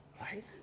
right